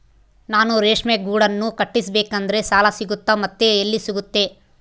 ನಾನು ರೇಷ್ಮೆ ಗೂಡನ್ನು ಕಟ್ಟಿಸ್ಬೇಕಂದ್ರೆ ಸಾಲ ಸಿಗುತ್ತಾ ಮತ್ತೆ ಎಲ್ಲಿ ಸಿಗುತ್ತೆ?